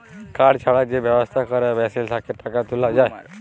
card ছাড়া যে ব্যবস্থা ক্যরে মেশিল থ্যাকে টাকা তুলা যায়